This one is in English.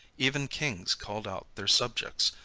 even kings called out their subjects,